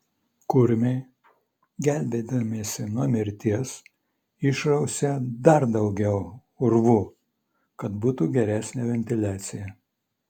kurmiai gelbėdamiesi nuo mirties išrausė dar daugiau urvų kad būtų geresnė ventiliacija